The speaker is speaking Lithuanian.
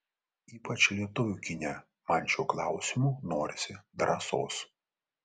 ypač lietuvių kine man šiuo klausimu norisi drąsos